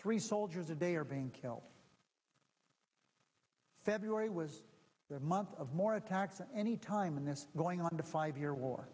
three soldiers a day are being killed february was the month of more attacks and any time in this going on the five year war